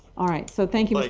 all right so thank you. like